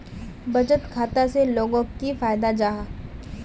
बचत खाता से लोगोक की फायदा जाहा?